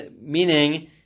meaning